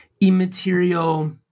immaterial